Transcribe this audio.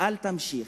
אל תמשיך.